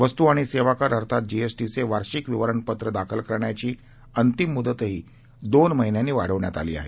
वस्तू आणि सेवा कर अर्थात जीएसटीचे वार्षिक विवरणपत्र दाखल करण्याची अंतिम मुदतही दोन महिने वाढवण्यात आली आहे